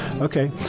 Okay